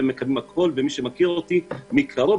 ומי שמכיר אולי מקרוב,